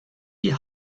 die